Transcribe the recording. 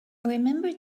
remember